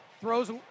throws